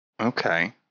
Okay